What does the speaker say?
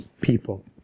people